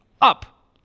up